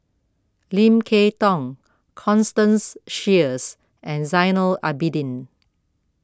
Lim Kay Tong Constance Sheares and Zainal Abidin